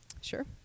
Sure